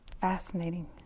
Fascinating